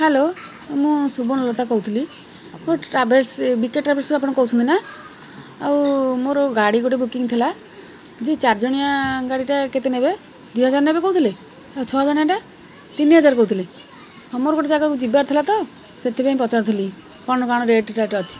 hello ମୁଁ ଶୁଭନ ଲତା କହୁଥିଲି ମୋ ଟ୍ରାଭେଲସ୍ ବି କେ ଟ୍ରାଭେଲସ୍ରୁ ଆପଣ କହୁଛନ୍ତି ନା ଆଉ ମୋର ଗାଡ଼ି ଗୋଟେ ବୁକିଂ ଥିଲା ଯେ ଚାରି ଜଣିଆ ଗାଡ଼ିଟା କେତେ ନେବେ ଦୁଇହଜାର ନେବେ କହୁଥିଲେ ଆଉ ଛଅ ଜଣିଆଟା ତିନି ହଜାର କହୁଥିଲେ ହଁ ମୋର ଗୋଟେ ଜାଗାକୁ ଯିବାର ଥିଲା ତ ସେଥିପାଇଁ ପଚାରୁଥିଲି କ'ଣ କ'ଣ ରେଟ ଅଛି